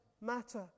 matter